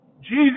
Jesus